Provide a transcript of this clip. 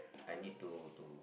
I need to to